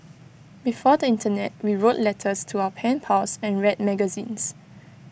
before the Internet we wrote letters to our pen pals and read magazines